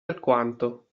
alquanto